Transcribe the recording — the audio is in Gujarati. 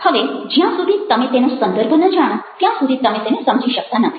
હવે જ્યાં સુધી તમે તેનો સંદર્ભ ન જાણો ત્યાં સુધી તમે તેને સમજી શકતા નથી